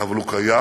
אבל הוא קיים,